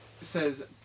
says